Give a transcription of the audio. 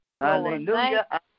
Hallelujah